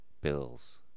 Bills